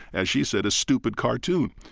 as she said, a stupid cartoon.